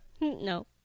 No